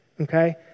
Okay